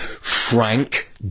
Frank